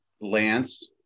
Lance